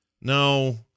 no